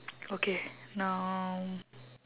okay now